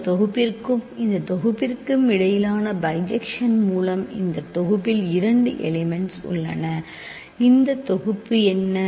இந்த தொகுப்பிற்கும் இந்த தொகுப்பிற்கும் இடையிலான பைஜெக்க்ஷன் மூலம் இந்த தொகுப்பில் இரண்டு எலிமெண்ட்ஸ் உள்ளன இந்த தொகுப்பு என்ன